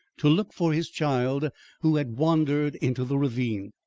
to look for his child who had wandered into the ravine.